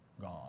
Gone